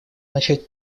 начать